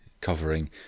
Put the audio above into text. covering